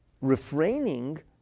refraining